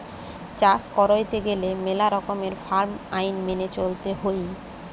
চাষ কইরতে গেলে মেলা রকমের ফার্ম আইন মেনে চলতে হৈ